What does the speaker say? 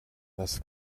das